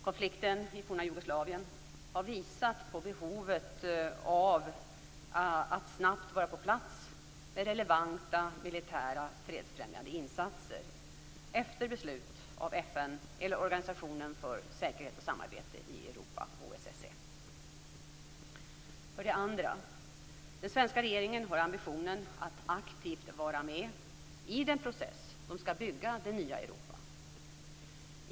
Konflikten i det forna Jugoslavien har visat på behovet av att snabbt vara på plats med relevanta militära fredsfrämjande insatser efter beslut av FN eller Organisationen för säkerhet och samarbete i Europa, OSSE. För det andra: Den svenska regeringen har ambitionen att aktivt vara med i den process som skall bygga det nya Europa.